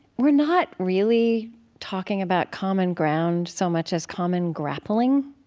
we're not really talking about common ground so much as common grappling.